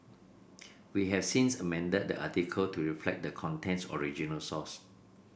we have since amended the article to reflect the content's original source